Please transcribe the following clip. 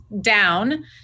down